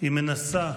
היא מנסה,